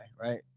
Right